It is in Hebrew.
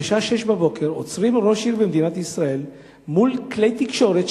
בשעה 06:00 עוצרים ראש עיר במדינת ישראל מול כלי תקשורת,